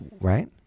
right